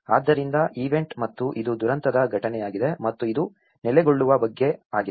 ಆದ್ದರಿಂದ ಈವೆಂಟ್ ಮತ್ತು ಇದು ದುರಂತದ ಘಟನೆಯಾಗಿದೆ ಮತ್ತು ಇದು ನೆಲೆಗೊಳ್ಳುವ ಬಗ್ಗೆ ಆಗಿದೆ